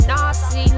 Nazi